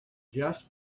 just